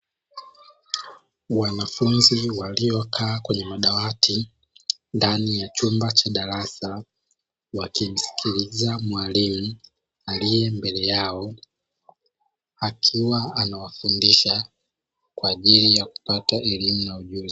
Wanafunzi walliokaa kwenye madawati ndani ya chumba cha darasa, wakimsikiliza mwalimu aliye mbele yao akiwa anawafundisha kwa ajili ya kupata elimu na ujuzi.